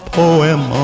poem